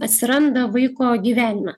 atsiranda vaiko gyvenime